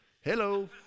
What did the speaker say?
Hello